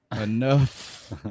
enough